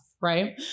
Right